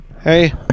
hey